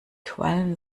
quallen